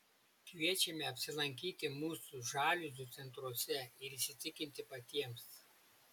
kviečiame apsilankyti mūsų žaliuzių centruose ir įsitikinti patiems